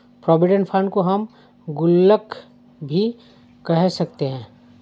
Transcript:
provident fund को हम गुल्लक भी कह सकते हैं